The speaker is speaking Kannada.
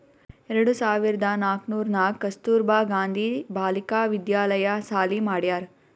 ಎರಡು ಸಾವಿರ್ದ ನಾಕೂರ್ನಾಗ್ ಕಸ್ತೂರ್ಬಾ ಗಾಂಧಿ ಬಾಲಿಕಾ ವಿದ್ಯಾಲಯ ಸಾಲಿ ಮಾಡ್ಯಾರ್